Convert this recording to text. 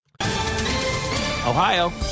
Ohio